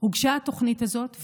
הוגשה התוכנית הזאת,